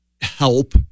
help